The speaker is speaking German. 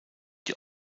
die